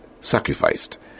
sacrificed